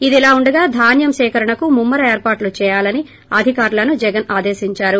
ఇదిలా ఉండగా ధాన్యం సేకరణకు ముమ్మ ర ఏర్పాట్లు చేయాలనీ అధికారులను జగన్ ఆదేశించారు